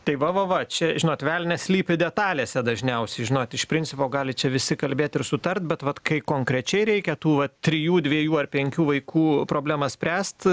tai va va va čia žinot velnias slypi detalėse dažniausiai žinot iš principo gali čia visi kalbėti ir sutart bet vat kai konkrečiai reikia tų vat trijų dviejų ar penkių vaikų problemas spręsti